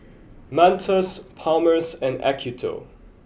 Mentos Palmer's and Acuto